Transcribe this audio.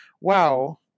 wow